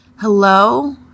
Hello